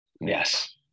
Yes